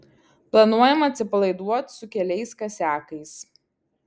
planuojam atsipalaiduot su keliais kasiakais